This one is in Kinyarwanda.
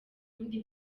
ubundi